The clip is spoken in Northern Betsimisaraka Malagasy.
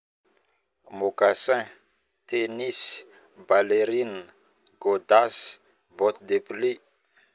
Mokasin, tenis, gôdasy, bote de pluis, balerine